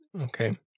Okay